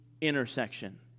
intersection